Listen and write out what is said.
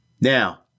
now